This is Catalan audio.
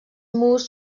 murs